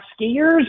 skiers